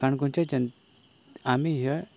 काणकोणच्या जनतेक आमी ह्या